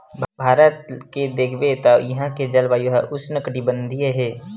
भारत के देखबे त इहां के जलवायु ह उस्नकटिबंधीय हे